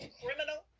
criminal